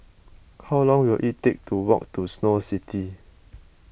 how long will it take to walk to Snow City